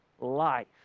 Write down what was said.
life